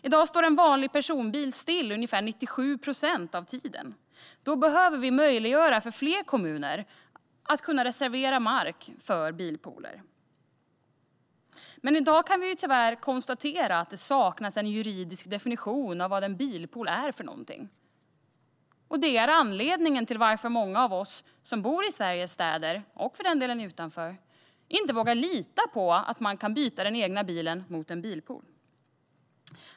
I dag står en vanlig personbil stilla ungefär 97 procent av tiden. Då behöver vi möjliggöra för fler kommuner att reservera mark för bilpooler. I dag kan vi tyvärr konstatera att det saknas en juridisk definition av vad en bilpool är för något. Det är anledningen till att många av oss som bor i Sveriges städer eller utanför inte vågar lita på att man kan byta den egna bilen mot en bilpool.